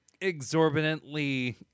exorbitantly